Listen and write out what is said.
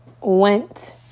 went